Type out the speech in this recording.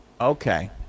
Okay